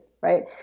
right